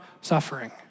suffering